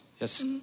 yes